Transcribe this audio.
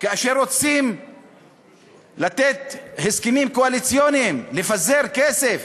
כאשר רוצים לתת בהסכמים קואליציוניים, לפזר כסף,